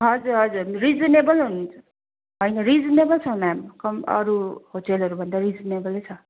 हजुर हजुर रिजनेबल हो नि होइन रिजनेबल छ मेम कम अरू होटेलहरू भन्दा रिजनेबल छ